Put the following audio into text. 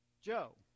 Joe